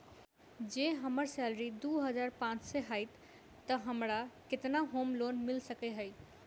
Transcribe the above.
जँ हम्मर सैलरी दु हजार पांच सै हएत तऽ हमरा केतना होम लोन मिल सकै है?